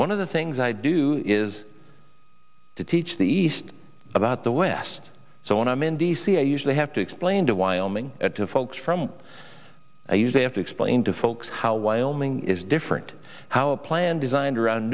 one of the things i do is to teach the east about the west so when i'm in d c i usually have to explain to wyoming at the folks from the use they have to explain to folks how wyoming is different how a plan designed around